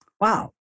Wow